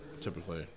typically